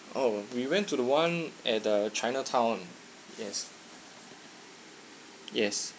oh we went to the one at the chinatown yes yes